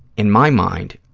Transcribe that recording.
in my mind,